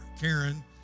Karen